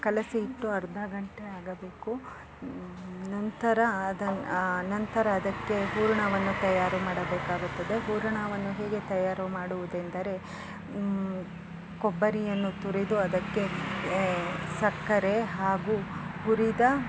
ಕಲಸಿ ಇಟ್ಟು ಅರ್ಧ ಗಂಟೆ ಆಗಬೇಕು ನಂತರ ಅದು ಆ ನಂತರ ಅದಕ್ಕೆ ಹೂರಣವನ್ನು ತಯಾರು ಮಾಡಬೇಕಾಗುತ್ತದೆ ಹೂರಣವನ್ನು ಹೇಗೆ ತಯಾರು ಮಾಡುವುದೆಂದರೆ ಕೊಬ್ಬರಿಯನ್ನು ತುರಿದು ಅದಕ್ಕೆ ಸಕ್ಕರೆ ಹಾಗು ಹುರಿದ